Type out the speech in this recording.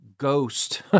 Ghost